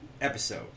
Episode